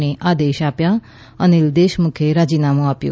ને આદેશ આપ્યા અનિલ દેશમુખે રાજીનામું આપ્યું